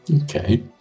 Okay